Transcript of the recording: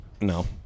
No